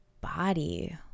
body